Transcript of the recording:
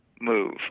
move